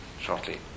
shortly